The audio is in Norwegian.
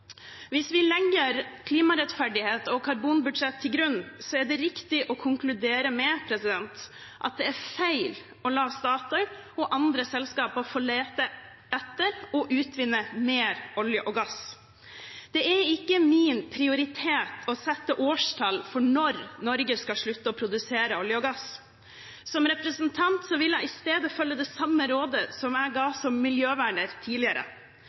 Hvis vi legger klimarettferdighet og karbonbudsjett til grunn, er det riktig å konkludere med at det er feil å la stater og andre selskaper få lete etter og utvinne mer olje og gass. Det er ikke min prioritet å sette årstall for når Norge skal slutte å produsere olje og gass. Som representant vil jeg i stedet følge det samme rådet som jeg ga som miljøverner tidligere: